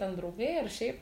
ten draugai ar šiaip